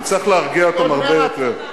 נצטרך להרגיע אותם הרבה יותר.